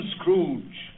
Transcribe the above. Scrooge